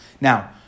Now